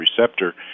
Receptor